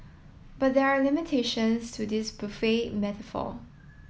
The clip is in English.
but there are limitations to this buffet metaphor